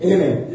Amen